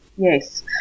Yes